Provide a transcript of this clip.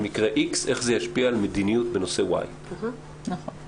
בנושא X איך זה משפיע על מדיניות בנושא Y. מ-2012,